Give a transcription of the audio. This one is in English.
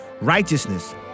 Righteousness